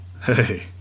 hey